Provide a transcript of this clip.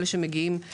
אלה שמגיעים כתיירים.